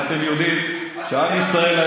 אתם זוכרים ואתם יודעים שעם ישראל היה